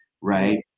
Right